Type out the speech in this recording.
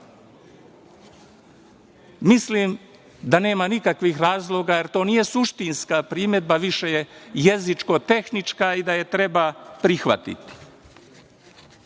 Mislim da nema nikakvih razloga jer to nije suštinska primedba, više je jezičko-tehnička i da je treba prihvatiti. Kada